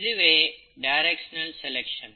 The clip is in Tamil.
இதுவே டைரக்சனல் செலக்சன்